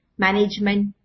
Management